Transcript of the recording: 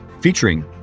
featuring